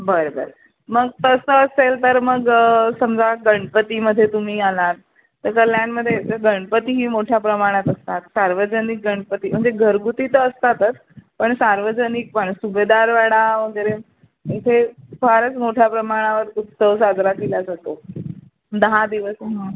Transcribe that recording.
बरं बरं मग तसं असेल तर मग समजा गणपतीमध्ये तुम्ही आला तर कल्याणमध्ये तर गणपतीही मोठ्या प्रमाणात असतात सार्वजनिक गणपती म्हणजे घरगुती तर असतातच पण सार्वजनिक पण सुभेदारवाडा वगैरे इथे फारच मोठ्या प्रमाणावर उत्सव साजरा केला जातो दहा दिवस हं